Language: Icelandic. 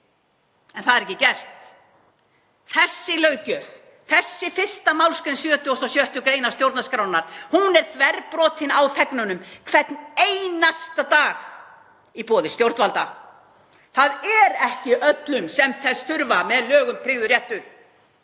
en það er ekki gert. Þessi löggjöf, þessi 1. mgr. 76. gr. stjórnarskrárinnar er þverbrotin á þegnunum hvern einasta dag í boði stjórnvalda. Það er ekki öllum sem þess þurfa með lögum tryggður réttur,